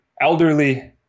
elderly